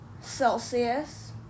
Celsius